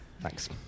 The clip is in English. Thanks